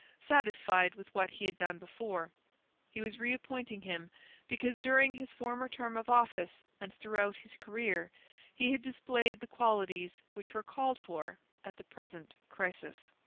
satisfied with what he had done before he was reappointing him because during his former term of office and throughout his career he had displayed the qualities which were called for at the present crisis.